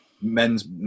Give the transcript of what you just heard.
men's